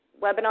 webinar